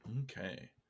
Okay